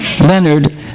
Leonard